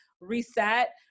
reset